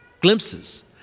glimpses